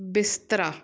ਬਿਸਤਰਾ